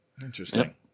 Interesting